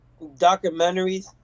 documentaries